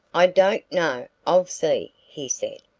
i don't know i'll see, he said,